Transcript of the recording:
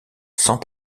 sans